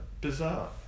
Bizarre